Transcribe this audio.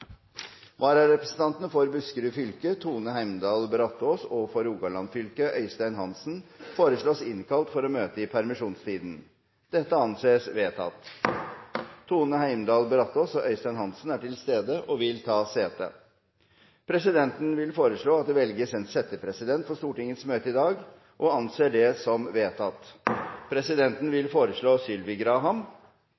for å møte i permisjonstiden: For Buskerud fylke: Tone Heimdal Brataas For Rogaland fylke: Øystein Hansen Tone Heimdal Brataas og Øystein Hansen er til stede og vil ta sete. Presidenten vil foreslå at det velges en settepresident for Stortingets møte i dag – og anser det som vedtatt. Presidenten vil